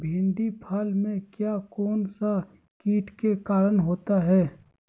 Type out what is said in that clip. भिंडी फल में किया कौन सा किट के कारण होता है?